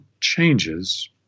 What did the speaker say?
changes